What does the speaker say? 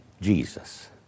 Jesus